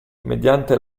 mediante